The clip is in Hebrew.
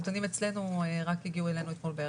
הנתונים רק הגיעו אלינו אתמול בערב,